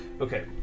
Okay